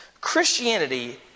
Christianity